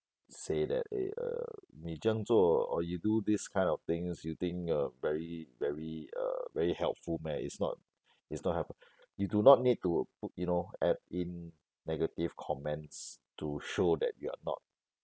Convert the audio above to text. say that eh err 你这样做 or you do this kind of things you think uh very very uh very helpful meh it's not it's not hel~ you do not need to pu~ you know add in negative comments to show that you are not